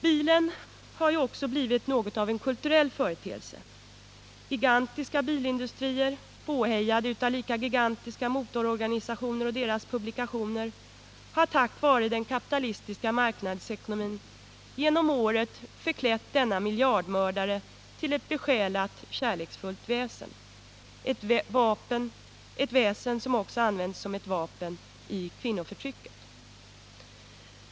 Bilen har ju också blivit något av en kulturell företeelse. Gigantiska bilindustrier, påhejade av lika gigantiska motororganisationer och deras publikationer, har på grundval av den kapitalistiska marknadsekonomin genom åren förklätt denna miljardmördare till ett besjälat, kärleksfullt väsen —- ett väsen som också används som ett vapen i kvinnoförtrycket.